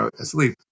asleep